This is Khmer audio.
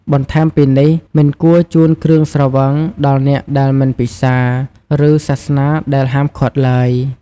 បន្ថែមពីនេះ មិនគួរជូនគ្រឿងស្រវឹងដល់អ្នកដែលមិនពិសា ឬសាសនាដែលហាមឃាត់ឡើយ។